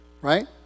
right